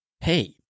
hey